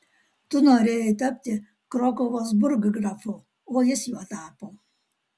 tu norėjai tapti krokuvos burggrafu o jis juo tapo